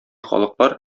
халыклар